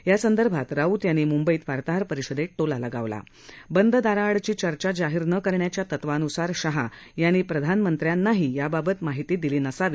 त्यासंदर्भात राऊत यांनी म्ंबईत वार्ताहर परिषदेत टोला लगावला की बंद दाराआडची चर्चा जाहीर न करण्याच्या तत्वानुसार शाह यांनी प्रधानमंत्र्यांनाही याबाबत माहिती दिली नसावी